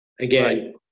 Again